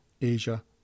Asia